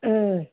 ಹ್ಞೂ